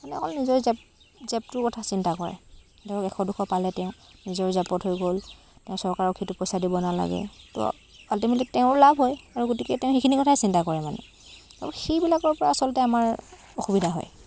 মানে অকল নিজৰ জেপ জেপটোৰ কথা চিন্তা কৰে ধৰক এশ দুশ পালে তেওঁ নিজৰ জেপত হৈ গ'ল তেওঁ চৰকাৰক সেইটো পইচা দিব নালাগে তো আল্টিমেটলি তেওঁৰ লাভ হয় আৰু গতিকে তেওঁ সেইখিনি কথাই চিন্তা কৰে মানে আৰু সেইবিলাকৰ পৰা আচলতে আমাৰ অসুবিধা হয়